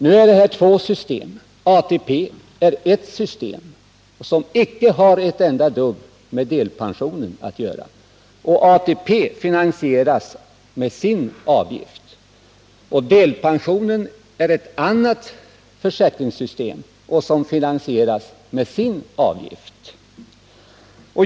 Nu är det två olika system här: ATP är ert system, som icke har ett enda dugg med delpensionen att göra, utan som finansieras med sin avgift. Delpensionen är ett annat försäkringssystem, som finansieras med sin avgift.